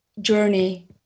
journey